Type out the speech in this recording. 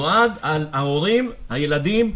נועד להורים, לילדים,